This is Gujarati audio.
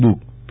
બુક પી